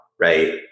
right